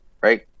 right